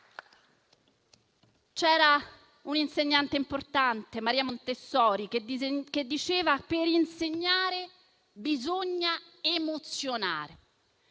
C'era un'insegnante importante, Maria Montessori, che diceva che per insegnare bisogna emozionare.